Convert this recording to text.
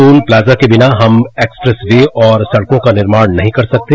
toll plaza के बिना हम एक्सप्रैस वे और सड़कों का निर्माण नहीं कर सकते